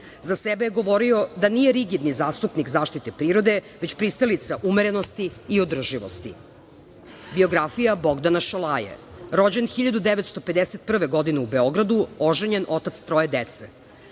sebe je govorio da nije rigidni zastupnik zaštite prirode, već pristalica umerenosti i održivosti. Biografija Bogdana Šolaje. Rođen 1951. godine u Beogradu, oženjen, otac troje